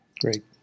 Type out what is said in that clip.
Great